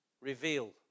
reveal